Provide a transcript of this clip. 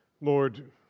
Lord